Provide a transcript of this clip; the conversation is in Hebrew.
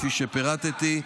כפי שפירטתי.